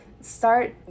start